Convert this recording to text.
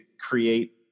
create